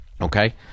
okay